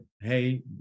hey